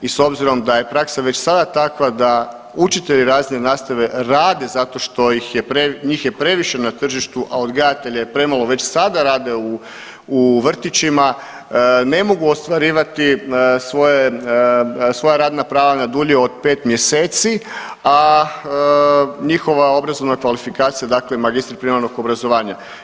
I s obzirom da je praksa već sada takva da učitelji razredne nastave rade zato što ih je previše na tržištu, a odgajatelja je premalo već sada rade u vrtićima ne mogu ostvarivati svoje, svoja radna prava na dulje od 5 mjeseci, a njihova obrazovna kvalifikacija, dakle magistri primarnog obrazovanja.